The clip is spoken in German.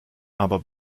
aber